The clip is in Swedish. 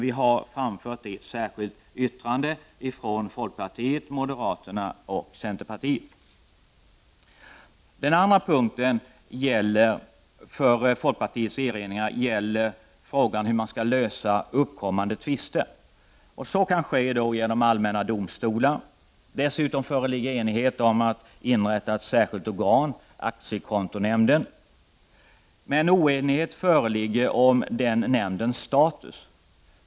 Vi har framfört detta i ett särskilt yttrande från folkpartiet, moderaterna och centerpartiet. Folkpartiet har för det andra erinringar när det gäller hur man skall lösa uppkommande tvister. Det kan ske vid allmänna domstolar. Dessutom föreligger enighet om att inrätta ett särskilt organ, aktiekontonämnden. Oenighet föreligger dock om den nämndens status.